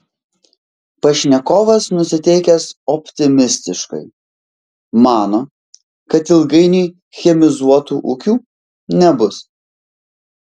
pašnekovas nusiteikęs optimistiškai mano kad ilgainiui chemizuotų ūkių nebus